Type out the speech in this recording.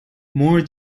more